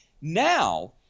Now